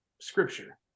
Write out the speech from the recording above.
scripture